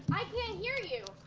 i can't hear you.